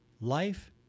life